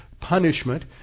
punishment